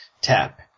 Tap